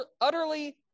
utterly